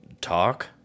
talk